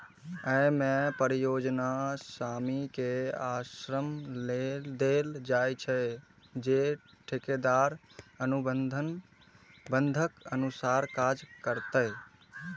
अय मे परियोजना स्वामी कें आश्वासन देल जाइ छै, जे ठेकेदार अनुबंधक अनुसार काज करतै